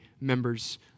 members